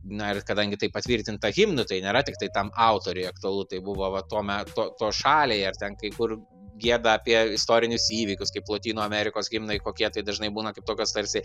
na ir kadangi tai patvirtinta himnu tai nėra tiktai tam autoriui aktualu tai buvo va to me to to šaliai ar ten kai kur gieda apie istorinius įvykius kaip lotynų amerikos himnai kokie tai dažnai būna kaip tokios tarsi